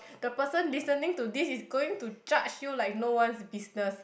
the person listening to this is going to judge you like no one's business